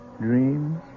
dreams